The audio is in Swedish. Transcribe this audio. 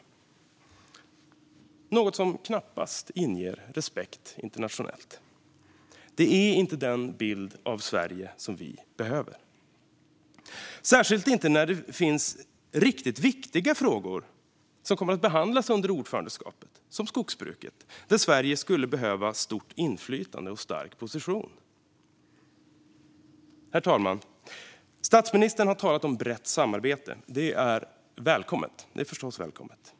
Det är något som knappast inger respekt internationellt. Det är inte den bilden av Sverige vi behöver, särskilt inte när det finns riktigt viktiga frågor som kommer att behandlas under ordförandeskapet, såsom skogsbruket. Där skulle Sverige behöva stort inflytande och stark position. Herr talman! Statsministern har talat om brett samarbete. Det är förstås välkommet.